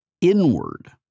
inward